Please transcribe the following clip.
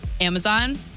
Amazon